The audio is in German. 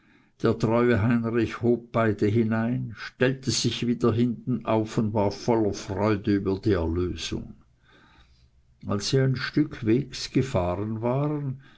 der treue heinrich hob beide hinein stellte sich wieder hinten auf und war voller freude über die erlösung und als sie ein stück wegs gefahren waren